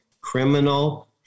criminal